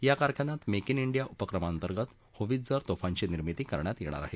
या कारखान्यात make in India उपक्रमांतर्गत होवित्झर तोफांची निर्मिती करण्यात येणार आहे